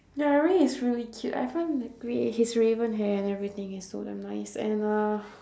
ya ray is really cute I find like ray his raven hair and everything is so damn nice and uh